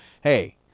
hey